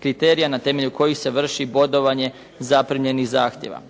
kriterija na temelju kojih se vrši bodovanje zaprimljenih zahtjeva.